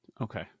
Okay